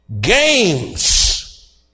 games